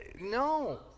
no